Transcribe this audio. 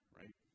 right